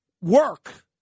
work